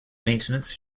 maintenance